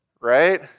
right